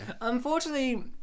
Unfortunately